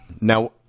Now